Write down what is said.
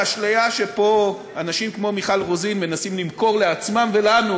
האשליה שפה אנשים כמו מיכל רוזין מנסים למכור לעצמם ולנו,